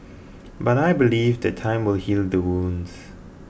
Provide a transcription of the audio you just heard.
but I believe that time will heal the wounds